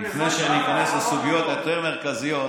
לפני שאני איכנס לסוגיות יותר מרכזיות,